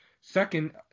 Second